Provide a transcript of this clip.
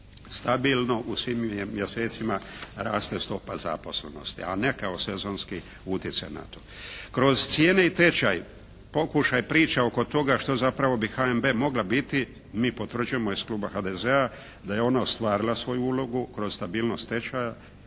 stabilno u svim mjesecima raste stopa zaposlenosti, a ne kao sezonski utjecaj na to. Kroz cijene i tečaj, pokušaj priče oko toga što zapravo bi HNB bi mogla biti, mi potvrđujemo iz kluba HDZ-a da je ona ostvarila svoju ulogu kroz stabilnost tečaja,